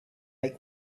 make